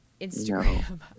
Instagram